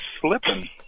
slipping